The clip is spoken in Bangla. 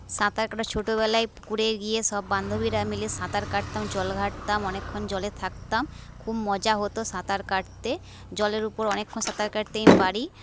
সাঁতার কাটা ছোটবেলায় পুকুরে গিয়ে সব বন্ধবীরা মিলে সাঁতার কাটতাম জল ঘাঁটতাম অনেকক্ষণ জলে থাকতাম খুব মজা হত সাঁতার কাটতে জলের উপর অনেকক্ষণ সাঁতার কাটতে আমি পারি